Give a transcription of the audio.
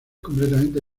completamente